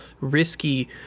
risky